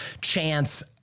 chance